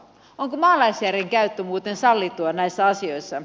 onko maalaisjärjen käyttö muuten sallittua näissä asioissa